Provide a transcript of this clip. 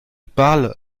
parle